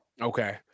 okay